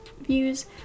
views